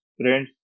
friends